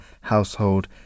household